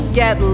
get